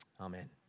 Amen